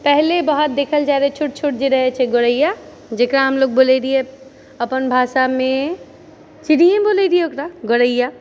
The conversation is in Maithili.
पहिले बहुत देखल जाइत रहै छोट छोट जे रहैत छै गोरैया जेकरा हमलोग बोलै रहियै अपन भाषामे चिड़िये बोलै रहियै ओकरा गोरैया